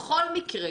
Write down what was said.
בכל מקרה,